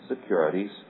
securities